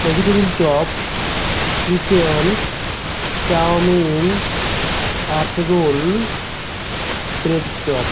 vegetable chop chicken chowmein egg roll bread chop